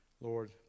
Lord